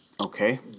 Okay